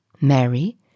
Mary